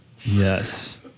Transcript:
Yes